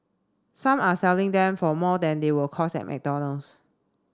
some are selling them for more than they will cost at McDonald's